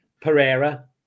Pereira